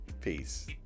peace